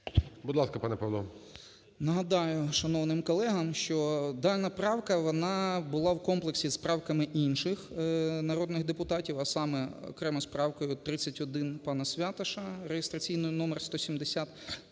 Нагадаю, шановним колегам, що дана правка, вона була в комплексі з правками інших народних депутатів, а саме окремо з правкою 31 пана Святаша (реєстраційний номер 170)